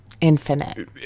Infinite